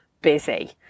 busy